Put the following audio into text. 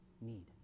need